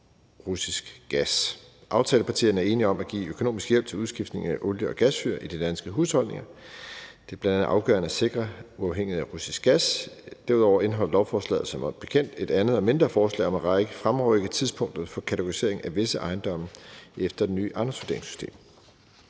russisk gas. Aftalepartierne er enige om at give økonomisk hjælp til udskiftning af olie- og gasfyr i de danske husholdninger. Det er bl.a. afgørende at sikre uafhængighed af russisk gas. Derudover indeholder lovforslaget som bekendt et andet og mindre forslag om at fremrykke tidspunktet for kategorisering af visse ejendomme efter det nye ejendomsvurderingssystem.